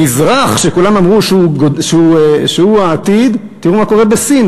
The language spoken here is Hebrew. המזרח, שכולם אמרו שהוא העתיד, תראו מה קורה בסין.